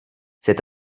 c’est